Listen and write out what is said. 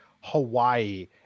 Hawaii